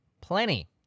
Plenty